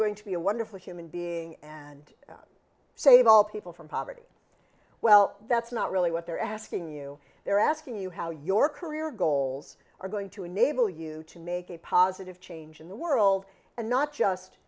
going to be a wonderful human being and save all people from poverty well that's not really what they're asking you they're asking you how your career goals are going to enable you to make a positive change in the world and not just